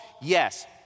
yes